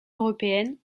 européenne